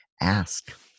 Ask